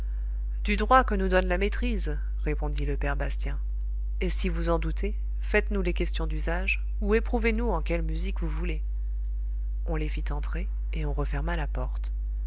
du droit que nous donne la maîtrise répondit le père bastien et si vous en doutez faites-nous les questions d'usage où éprouvez nous en quelle musique vous voulez on les fit entrer et on referma la porte